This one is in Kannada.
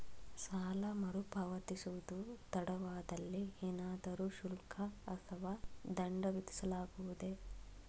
ಸಾಲ ಮರುಪಾವತಿಸುವುದು ತಡವಾದಲ್ಲಿ ಏನಾದರೂ ಶುಲ್ಕ ಅಥವಾ ದಂಡ ವಿಧಿಸಲಾಗುವುದೇ?